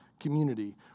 community